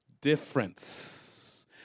difference